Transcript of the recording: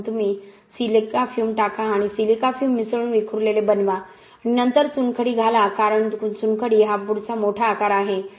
म्हणून तुम्ही silica fume टाका आणि सिलिका फ्युम मिसळून विखुरलेले बनवा आणि नंतर चुनखडी घाला कारण चुनखडी हा पुढचा मोठा आकार आहे